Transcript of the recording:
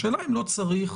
השאלה אם לא צריך